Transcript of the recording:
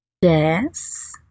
Yes